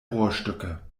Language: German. rohrstücke